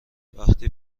وقتی